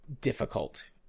difficult